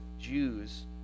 Jews